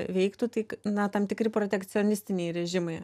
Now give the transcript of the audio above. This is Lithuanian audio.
veiktų tai k na tam tikri protekcionistiniai režimai